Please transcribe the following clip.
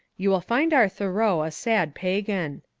you will find our tboreau a sad pagan.